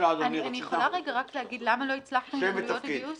אני יכולה רגע רק להגיד למה לא הצלחנו עם עלויות הגיוס?